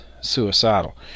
suicidal